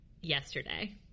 Yesterday